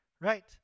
right